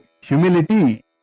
humility